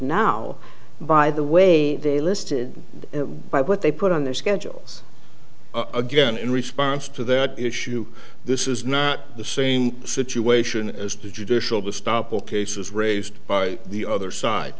now by the way they listed by what they put on their schedules again in response to their issue this is not the same situation as the judicial the stop all cases raised by the other side